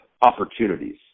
opportunities